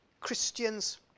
Christians